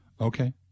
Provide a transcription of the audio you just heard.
Okay